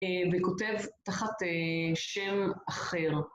וכותב תחת שם אחר.